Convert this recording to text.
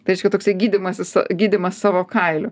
tai reiškia toksai gydymasis gydymas savo kailiu